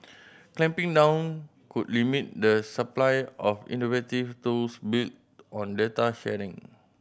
clamping down could limit the supply of innovative tools built on data sharing